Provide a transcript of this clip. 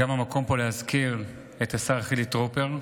זה המקום להזכיר פה גם את השר חילי טרופר,